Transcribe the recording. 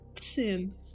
Sin